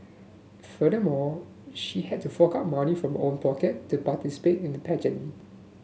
furthermore she had to fork out money from own pocket to participate in the pageant